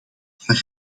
van